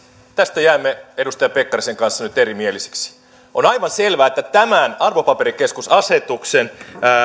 tästä jäämme edustaja pekkarisen kanssa nyt erimielisiksi on aivan selvää että tämän arvopaperikeskusasetuksen